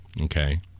okay